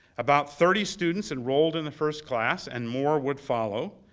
about thirty students enrolled in the first class and more would follow.